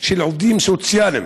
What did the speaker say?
של העובדים הסוציאליים.